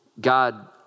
God